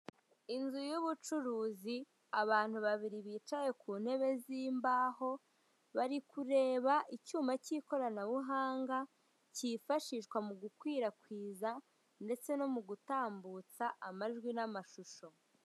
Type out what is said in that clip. Inzu y'umucuruzi, abantu babiri bicaye ku ntebe z'imbaho bari kureba icyuma cy'ikoranabuhanga cyifashishwa mu gukwirakwiza ndetse no mu gutambutsa amajwi n'amashusho.